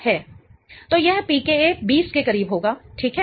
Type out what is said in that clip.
तो यह pKa 20 के करीब होगा ठीक है